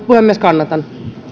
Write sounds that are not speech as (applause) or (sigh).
(unintelligible) puhemies kannatan